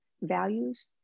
values